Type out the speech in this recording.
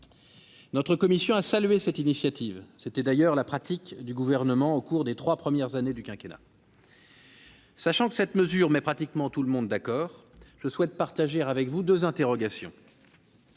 Notre commission a salué cette initiative. C'était d'ailleurs la pratique du Gouvernement au cours des trois premières années du quinquennat. Sachant que cette mesure met pratiquement tout le monde d'accord, je souhaite partager avec vous deux interrogations.